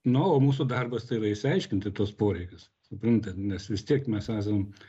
na o mūsų darbas tai yra išsiaiškinti tuos poreikius suprantat nes vis tiek mes esam